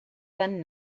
than